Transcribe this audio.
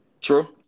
true